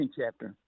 chapter